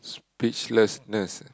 speechlessness eh